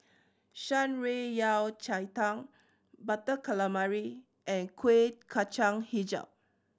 Shan Rui Yao Cai Tang Butter Calamari and Kueh Kacang Hijau